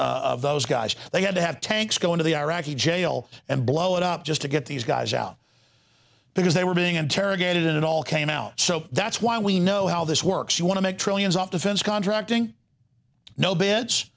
of those guys they had to have tanks go into the iraqi jail and blow it up just to get these guys out because they were being interrogated and it all came out so that's why we know how this works you want to make trillions of defense contracting no be